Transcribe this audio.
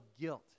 guilt